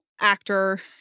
actor